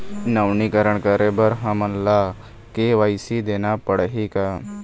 नवीनीकरण करे बर हमन ला के.वाई.सी देना पड़ही का?